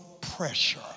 pressure